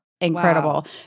incredible